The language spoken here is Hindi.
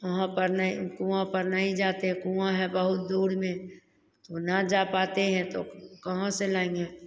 वहाँ पर न कुआँ पर नहीं जाते कुआँ है बहुत दूर में तो ना जा पाते हैं तो कहाँ से लाएंगे